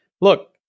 look